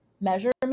measurement